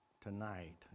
tonight